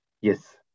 Yes